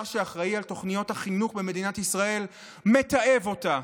שאחראי לתוכניות החינוך במדינת ישראל מתעב אותה?